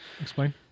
explain